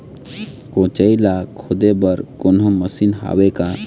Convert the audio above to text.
कोचई ला खोदे बर कोन्हो मशीन हावे का?